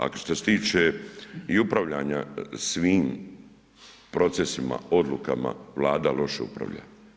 A što se tiče i upravljanja svim procesima, odlukama Vlada loše upravlja.